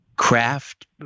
craft